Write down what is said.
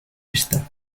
esta